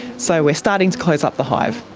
so we are starting to close up the hive.